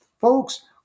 Folks